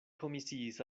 komisiis